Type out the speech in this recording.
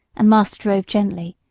and master drove gently,